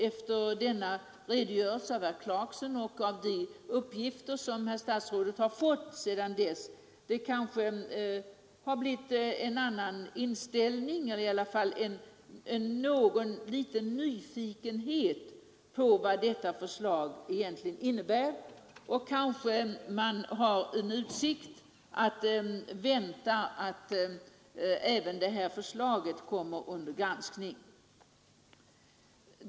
Efter denna redogörelse av herr Clarkson och med hänsyn till de uppgifter herr statsrådet sedan dess fått tror jag att han kanske fått en annan inställning eller i alla fall blivit en aning nyfiken på vad det andra förslaget egentligen innebär. Kanske finns det nu utsikter till att även detta förslag tas upp till granskning.